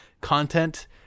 content